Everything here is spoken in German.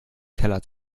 keller